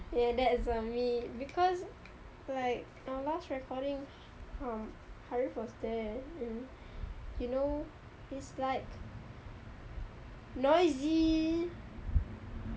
ya that is on me because like our last recording um harith was there and you know it's like noisy